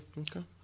okay